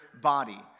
body